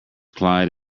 clyde